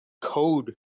code